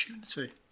opportunity